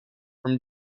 from